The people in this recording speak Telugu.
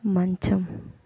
మంచం